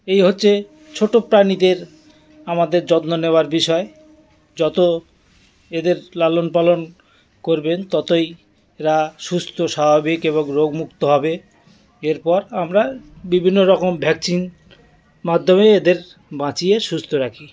এই হচ্ছে ছোটো প্রাণীদের আমাদের যত্ন নেওয়ার বিষয় যত এদের লালন পালন করবেন ততই এরা সুস্থ স্বাভাবিক এবং রোগ মুক্ত হবে এরপর আমরা বিভিন্নরকম ভ্যাকসিন মাধ্যমে এদের বাঁচিয়ে সুস্থ রাখি